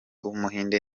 w’umuhinde